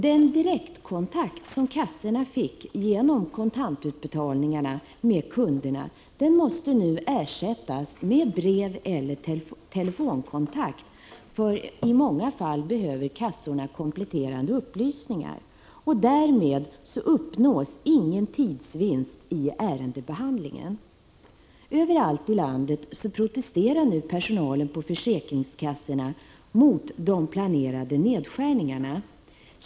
Den direktkontakt som kassorna fick genom kontantutbetalningarna med kunderna måste nu ersättas med brev eller telefonkontakt. I många fall behöver kassorna kompletterande upplysningar. Därmed uppnås ingen tidsvinst i ärendebehandlingen. Överallt i landet protesterar nu personalen på försäkringskassorna mot de planerade nedskärningarna.